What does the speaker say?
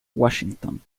washington